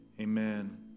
amen